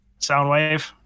Soundwave